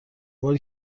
باری